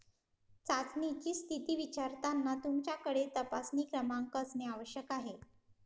चाचणीची स्थिती विचारताना तुमच्याकडे तपासणी क्रमांक असणे आवश्यक आहे